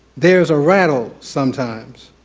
there's a rattle sometimes.